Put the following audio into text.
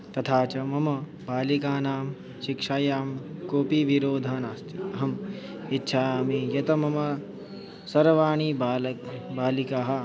तथा च मम बालिकानां शिक्षायां कोपि विरोधः नास्ति अहम् इच्छामि यत् मम सर्वाः बालः बालिकाः